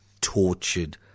tortured